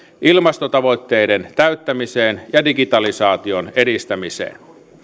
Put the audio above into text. ilmastotavoitteiden täyttämiseen ja digitalisaation edistämiseen